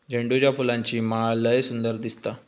झेंडूच्या फुलांची माळ लय सुंदर दिसता